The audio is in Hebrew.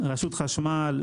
רשות החשמל,